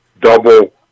double